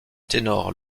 ténor